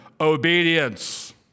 Obedience